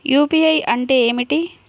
UPI అంటే ఏమిటి?